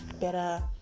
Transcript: better